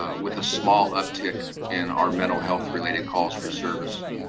ah with a small uptick in our mental health related calls for service.